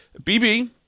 bb